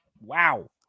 wow